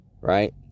Right